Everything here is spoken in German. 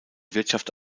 wirtschaft